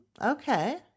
Okay